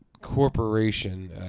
corporation